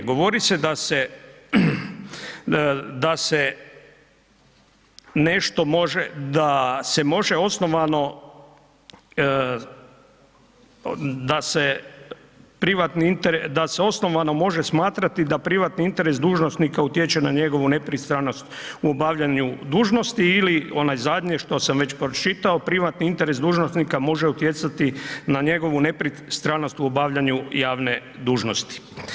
Govori se da se, da se nešto može da, da se može osnovano, da se privatni interes, da se osnovano može smatrati da privatni interes dužnosnika utječe na njegovu nepristranost u obavljanju dužnosti ili onaj zadnje što sam već pročitao, privatni interes dužnosnika može utjecati na njegovu nepristranost u obavljanju javne dužnosti.